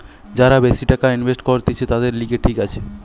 যারা বেশি টাকা ইনভেস্ট করতিছে, তাদের লিগে ঠিক আছে